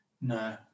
No